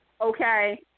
Okay